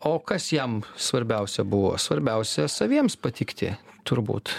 o kas jam svarbiausia buvo svarbiausia saviems patikti turbūt